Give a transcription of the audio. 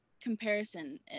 comparison